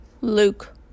Luke